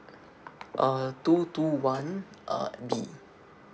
uh two two one uh B